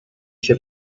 się